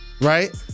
right